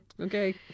okay